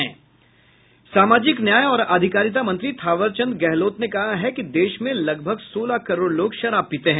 सामाजिक न्याय और अधिकारिता मंत्री थावर चंद गहलोत ने कहा है कि देश में लगभग सोलह करोड़ लोग शराब पीते हैं